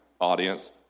audience